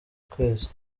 kwezi